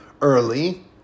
early